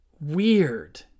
weird